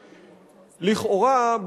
לכאורה,